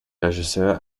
regisseur